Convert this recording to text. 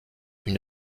une